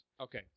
Okay